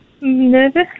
Nervous